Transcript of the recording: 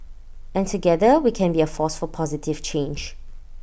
and together we can be A force for positive change